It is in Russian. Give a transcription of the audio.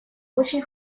очень